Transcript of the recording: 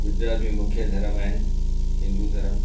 गुजरात में मुख्य धर्म आहिनि हिंदू धर्म